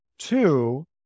Two